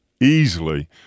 easily